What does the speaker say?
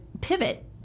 pivot